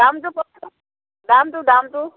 দামটো দামটো দামটো